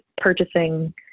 purchasing